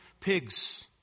pigs